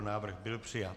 Návrh byl přijat.